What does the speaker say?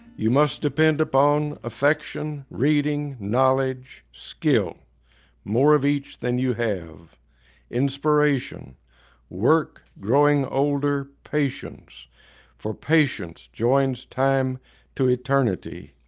you must depend upon affection, reading, knowledge skill more of each than you have inspiration work, growing older, patience for patience joins time to eternity.